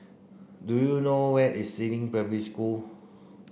do you know where is Si Ling Primary School